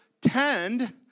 tend